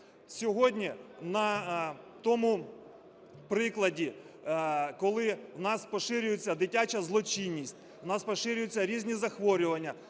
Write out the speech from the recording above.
Сьогодні на тому прикладі, коли у нас поширюється дитяча злочинність, у нас поширюються різні захворювання,